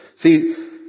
See